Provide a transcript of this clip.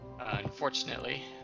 Unfortunately